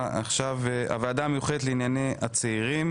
עכשיו הוועדה המיוחדת לענייני הצעירים